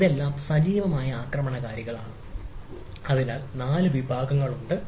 ഇതെല്ലാം സജീവമായ ആക്രമണകാരികളാണ് അതിനാൽ 4 വിഭാഗങ്ങൾ ഉണ്ട്